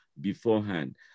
beforehand